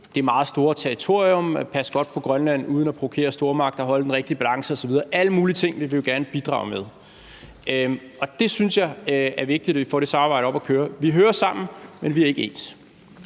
det meget store territorium – at passe godt på Grønland uden at provokere stormagter og holde den rigtige balance osv. Alle mulige ting vil vi jo gerne bidrage med. Og der synes jeg, det er vigtigt, at vi får det samarbejde op at køre. Vi hører sammen, men vi er ikke ens.